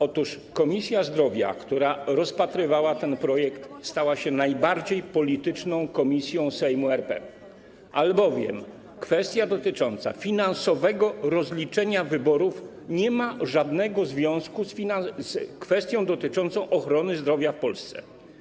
Otóż Komisja Zdrowia, która rozpatrywała ten projekt, stała się najbardziej polityczną komisją Sejmu RP, albowiem kwestia dotycząca finansowego rozliczenia wyborów nie ma żadnego związku z kwestią dotyczącą ochrony zdrowia w Polsce.